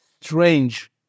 strange